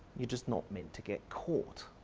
you're just not meant to get caught.